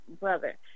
brother